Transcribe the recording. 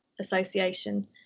association